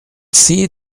see